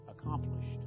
accomplished